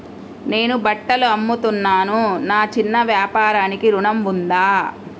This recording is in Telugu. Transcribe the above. నేను బట్టలు అమ్ముతున్నాను, నా చిన్న వ్యాపారానికి ఋణం ఉందా?